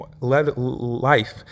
life